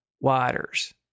waters